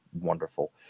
wonderful